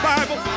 Bible